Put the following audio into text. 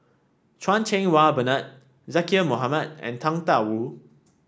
Chan Cheng Wah Bernard Zaqy Mohamad and Tang Da Wu